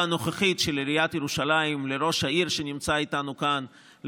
הנוכחית של עיריית ירושלים: לראש העירייה שנמצא איתנו כאן,